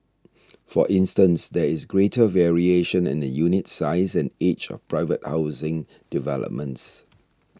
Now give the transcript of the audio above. for instance there is greater variation in the unit size and age of private housing developments